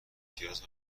پیاز